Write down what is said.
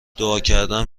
دعاکردم